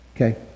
Okay